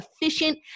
efficient